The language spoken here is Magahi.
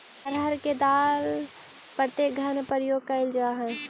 अरहर के दाल प्रत्येक घर में प्रयोग कैल जा हइ